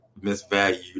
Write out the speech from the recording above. misvalued